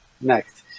next